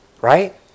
Right